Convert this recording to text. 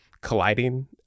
colliding